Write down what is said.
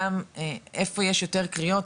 גם איפה יש יותר קריאות,